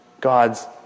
God's